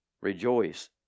rejoice